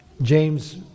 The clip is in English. James